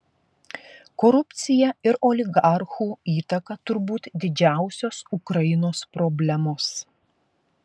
korupcija ir oligarchų įtaka turbūt didžiausios ukrainos problemos